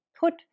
put